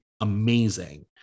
amazing